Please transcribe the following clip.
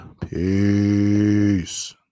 Peace